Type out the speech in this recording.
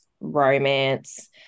romance